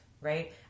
right